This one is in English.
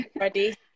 ready